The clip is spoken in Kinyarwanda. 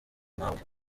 nawe